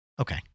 Okay